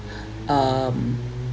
um